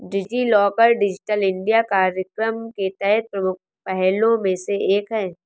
DigiLocker digital India कार्यक्रम के तहत प्रमुख पहलों में से एक है